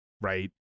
right